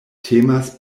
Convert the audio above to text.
temas